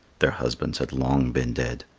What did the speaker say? their husbands had long been dead.